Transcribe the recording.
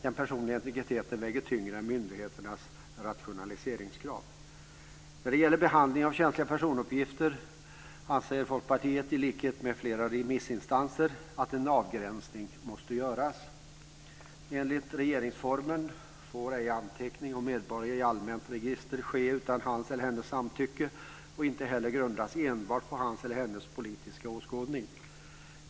Den personliga integriteten väger tyngre än myndigheternas rationaliseringskrav. När det gäller behandlingen av känsliga personuppgifter anser Folkpartiet i likhet med flera remissinstanser att en avgränsning måste göras. Enligt regeringsformen får ej anteckning om medborgare i allmänt register ske utan hans eller hennes samtycke och inte heller grundas enbart på hans eller hennes politiska åskådning.